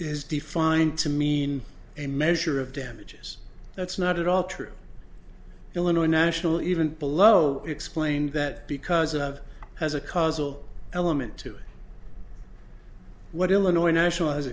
is defined to mean a measure of damages that's not at all true illinois national even below explain that because of as a causal element to what illinois international has